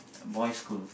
uh boy's school